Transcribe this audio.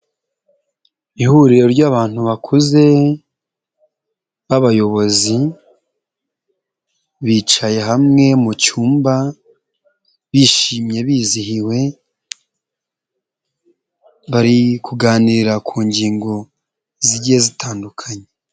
Ihuriro ry'abantu bakuze b'abayobozi bicaye hamwe mu cyumba bishimye bizihiwe, bari kuganira ku ngingo zigiye zitandukanye.